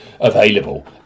available